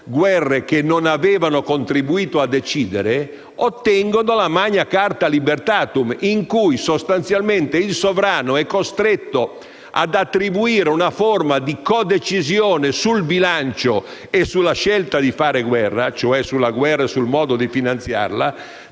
guerre che non avevano contribuito a decidere, la Magna Charta Libertatum, in cui sostanzialmente il sovrano è costretto ad attribuire una forma di codecisione sul bilancio e sulla scelta di fare guerra, cioè sulla guerra e sul modo di finanziarla,